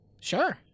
Sure